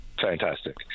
fantastic